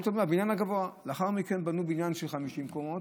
וקוראים לו "הבניין הגבוה" לאחר מכן בנו בניין של 50 קומות,